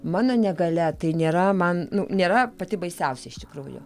mano negalia tai nėra man nu nėra pati baisiausia iš tikrųjų